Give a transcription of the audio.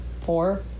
four